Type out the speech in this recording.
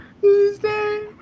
Tuesday